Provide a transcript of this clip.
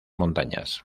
montañas